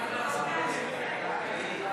לא נתקבלה.